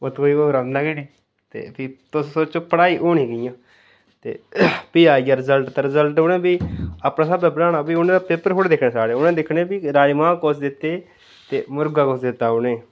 उत्थै कोई होर औंदा गै नेईं ते फ्ही तुस सोचो पढ़ाई होनी कि'यां ते फ्ही आई गेआ रजल्ट ते रजल्ट उ'नें बी अपने स्हाबै दा बनाना उ'नें फ्ही पेपर थोह्ड़े दिक्खने साढ़े प उ'नें दिक्खने फ्ही राजमाां कुस दित्ते ते मुर्गा कुस दित्ता उ'नेंगी